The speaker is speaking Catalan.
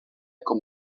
com